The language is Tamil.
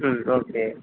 ம் ஓகே